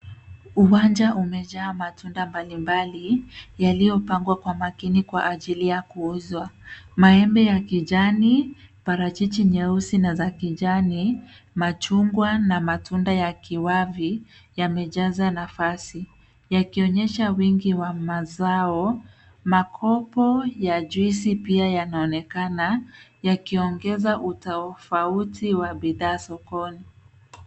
Uwanja umejaa matunda mbalimbali yaliyopangwa kwa makini kwa ajili ya kuuzwa. Maembe ya kijani, parachichi nyeusi na za kijani, machungwa na matunda ya kiwavi yamejaza nafasi, yakionyesha wingi wa mazao. Makopo ya juisi pia yanaonekana, yakiongeza utofauti wa bidhaa sokoni.